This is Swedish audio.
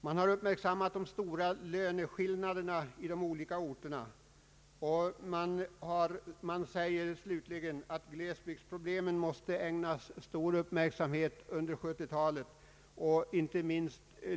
Man har uppmärksammat de stora löneskillnaderna olika orter emellan, och man säger slutligen att glesbygdsproblemen måste ägnas stor uppmärksamhet under 1970-talet.